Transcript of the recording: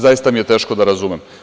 Zaista mi je teško da razumem.